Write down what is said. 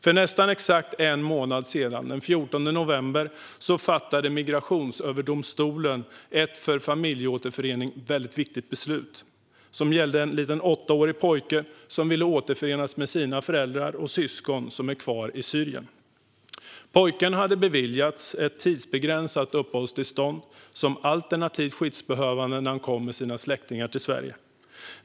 För nästan exakt en månad sedan, den 14 november, fattade Migrationsöverdomstolen ett för familjeåterföreningen väldigt viktigt beslut som gällde en liten åttaårig pojke som ville återförenas med sina föräldrar och syskon som är kvar i Syrien. Pojken hade beviljats ett tidsbegränsat uppehållstillstånd som alternativt skyddsbehövande när han kom med sina släktingar till Sverige.